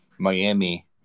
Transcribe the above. Miami